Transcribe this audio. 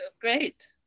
great